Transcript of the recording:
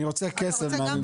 אני רוצה לקבל גם וגם.